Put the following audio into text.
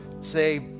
say